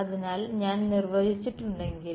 അതിനാൽ ഞാൻ നിർവചിച്ചിട്ടുണ്ടെങ്കിൽ